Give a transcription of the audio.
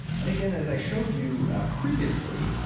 and, again, as i showed you previously,